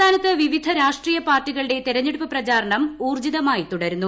സംസ്ഥാനത്ത് വിവിധ രാഷ്ട്രീയ പാർട്ടികളുടെ തെരഞ്ഞെടുപ്പ് പ്രചാരണം ഊർജ്ജിതമായി തുടരുന്നു